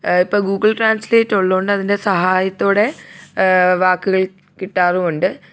ഇപ്പോള് Google translate ഉള്ളതു കൊണ്ട് അതിൻ്റെ സഹായത്തോടെ വാക്കുകൾ കിട്ടാറുമുണ്ട്